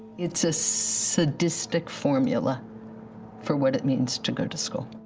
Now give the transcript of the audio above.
it's a sadistic formula for what it means to go to school.